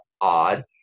odd